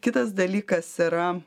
kitas dalykas yra